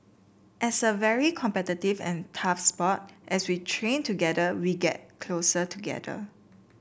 as a very competitive and tough sport as we train together we get closer together